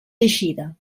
eixida